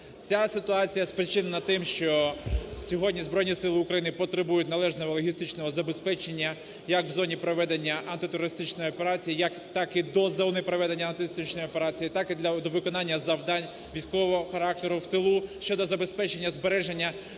Ця ситуація спричинена тим, що сьогодні Збройні Сили України потребують належного логістичного забезпечення як в зоні проведення антитерористичної операції, так і до зони проведення антитерористичної операції, так і для виконання завдань військового характеру в тилу (щодо забезпечення збереження